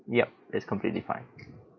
yup it's completely fine